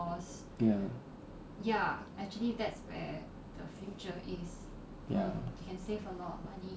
ya ya